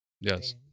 Yes